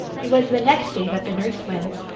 it was the next day that the nurse went,